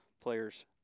players